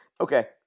Okay